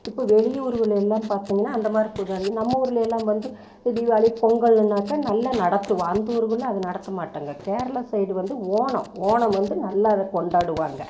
இப்போ வெளியூருகள் எல்லாம் பார்த்தீங்கன்னா அந்த மாதிரி பூஜை நம்ம ஊரில் எல்லாம் வந்து தீபாவாளி பொங்கல்லுனாக்கா நல்லா நடத்துவோம் அந்த ஊரில் எல்லாம் அது நடத்த மாட்டங்க கேரளா சைடு வந்து ஓணம் ஓணம் வந்து நல்லா அதை கொண்டாடுவாங்க